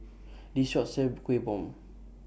This Shop sells Kueh Bom